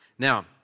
Now